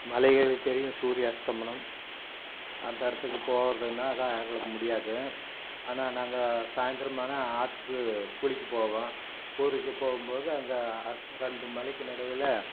மலைகளுக்கு தெரியும் சூரிய அஸ்தமனம் அந்த இடத்துக்கு போறதுன்னா தான் எங்களுக்கு முடியாது ஆனால் நாங்கள் சாயந்தரமானா ஆற்றுக்கு குளிக்க போவோம் ஊருக்கு போகும் போது அங்கே அஸ்த்த ரெண்டு மலைக்கு நடுவில்